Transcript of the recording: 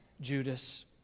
Judas